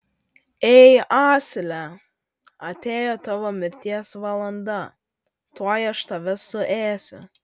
ei asile atėjo tavo mirties valanda tuoj aš tave suėsiu